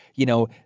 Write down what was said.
you know,